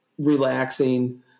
relaxing